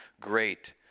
great